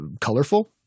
colorful